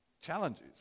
challenges